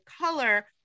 color